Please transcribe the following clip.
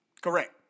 Correct